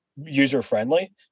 user-friendly